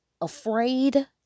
afraid